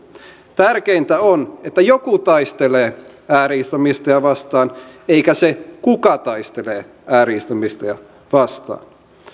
tärkeintä on että joku taistelee ääri islamisteja vastaan eikä se kuka taistelee ääri islamisteja vastaan